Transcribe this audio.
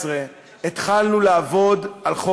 רציתי לדבר על משהו